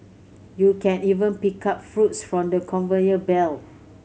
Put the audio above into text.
you can even pick up fruits from the conveyor belt